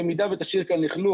במידה ותשאיר כאן לכלוך,